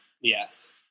Yes